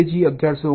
તેથી JTAG 1149